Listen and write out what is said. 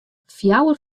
fjouwer